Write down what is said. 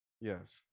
Yes